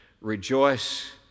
rejoice